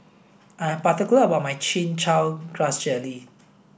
I'm particular about my chin chow grass jelly